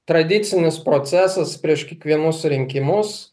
tradicinis procesas prieš kiekvienus rinkimus